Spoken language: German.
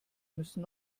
müssen